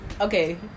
Okay